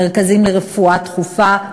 מרכזים לרפואה דחופה,